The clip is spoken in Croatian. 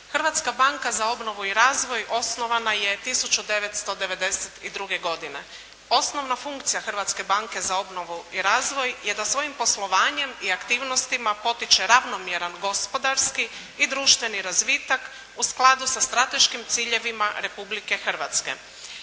Hrvatska banka za obnovu i razvoj osnovana je 1992. godine. Osnovna funkcija Hrvatske banke za obnovu i razvoj je da svojim poslovanjem i aktivnostima potiče ravnomjeran gospodarski i društveni razvitak u skladu sa strateškim ciljevima Republike Hrvatske.